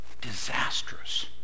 Disastrous